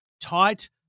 tight